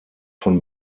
von